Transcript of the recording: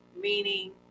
meaning